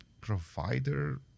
provider